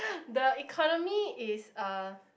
the economy is uh